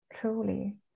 truly